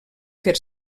fer